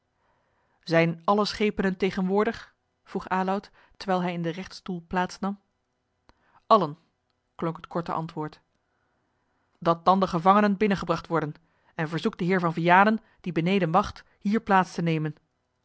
zijn alle schepenen tegenwoordig vroeg aloud terwijl hij in den rechtstoel plaats nam allen klonk het korte antwoord dat dan de gevangenen binnengebracht worden en verzoek den heer van vianen die beneden wacht hier plaats te nemen